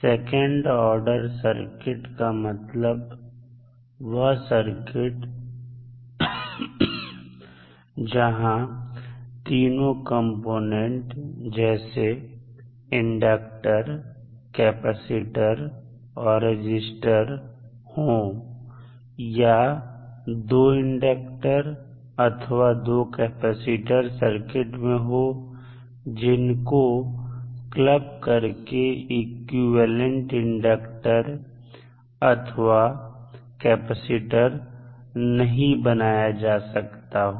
second order circuit का मतलब वह सर्किट जहां तीनों कंपोनेंट जैसे इंडक्टर कैपेसिटर और रजिस्टर हो या दो इंडक्टर अथवा दो कैपेसिटर सर्किट में हो जिनको क्लब करके इक्विवेलेंट इंडक्टर अथवा कैपेसिटर नहीं बनाया जा सकता हो